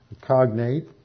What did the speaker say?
cognate